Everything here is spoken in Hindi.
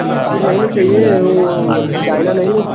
भाकुर नहीं न चाहिये वो चाइना लाइये